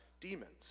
demons